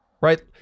Right